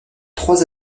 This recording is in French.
trois